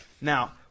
now